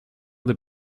des